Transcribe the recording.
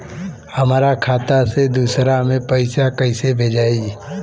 हमरा खाता से दूसरा में कैसे पैसा भेजाई?